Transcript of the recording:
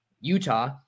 Utah